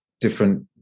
different